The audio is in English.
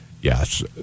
yes